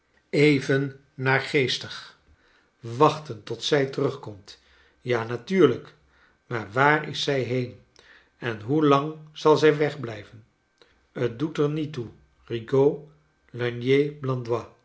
even naargeestig wachten tot zij terugkomt ja natuurlijk maar waar is zij heen en hoe lang zal zij wegblijven fc doet er niet toe